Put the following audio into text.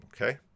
okay